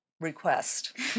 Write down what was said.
request